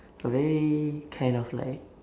a very kind of like